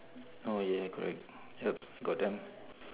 oh ya correct yup got them